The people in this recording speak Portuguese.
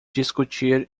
discutir